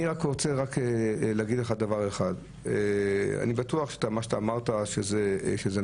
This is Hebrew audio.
אני רוצה להגיד לך רק דבר אחד: אני בטוח שמה שאמרת זה נכון,